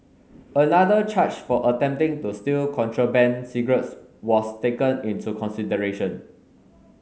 another charge for attempting to steal contraband cigarettes was taken into consideration